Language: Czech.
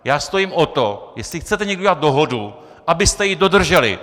Já stojím o to, jestli chcete někdy udělat dohodu, abyste ji dodrželi!